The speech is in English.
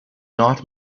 not